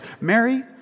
Mary